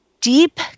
Deep